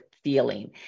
Feeling